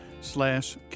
slash